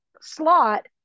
slot